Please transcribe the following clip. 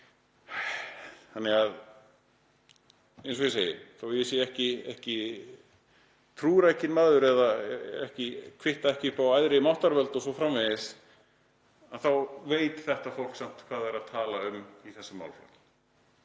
Þannig að, eins og ég segi, þó að ég sé ekki trúrækinn maður eða kvitti ekki upp á æðri máttarvöld o.s.frv., þá veit þetta fólk samt hvað það er að tala um í þessum málaflokki.